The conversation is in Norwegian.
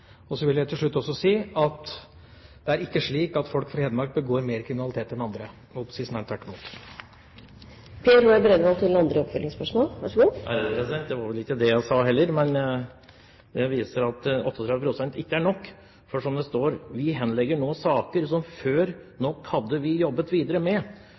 Og så vil jeg til slutt også si at det er ikke slik at folk fra Hedmark begår mer kriminalitet enn andre – jeg holdt på å si snarere tvert imot. Det var vel ikke det jeg sa, heller, men det viser at 38 pst. ikke er nok, for som det står, henlegges det nå saker som man nok før hadde jobbet videre med.